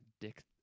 dick